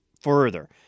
further